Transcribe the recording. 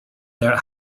their